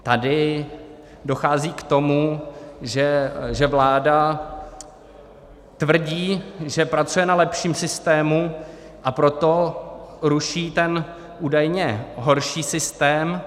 Tady dochází k tomu, že vláda tvrdí, že pracuje na lepším systému, a proto ruší ten údajně horší systém.